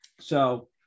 So-